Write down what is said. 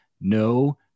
no